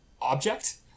object